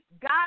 God